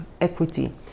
equity